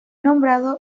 nombrado